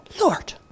Lord